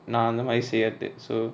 நா அந்தமாரி செய்ரது:na anthamari seirathu so